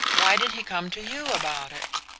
why did he come to you about it?